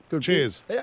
Cheers